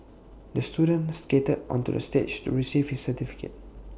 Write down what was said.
the student skated onto the stage to receive his certificate